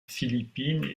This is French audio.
philippines